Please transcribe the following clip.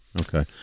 Okay